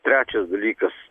trečias dalykas